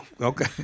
Okay